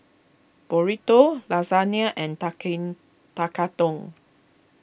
Burrito Lasagne and Tekkadon